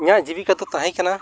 ᱤᱧᱟᱹᱜ ᱡᱤᱣᱤ ᱠᱚᱫᱚ ᱛᱟᱦᱮᱸᱠᱟᱱᱟ